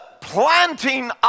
planting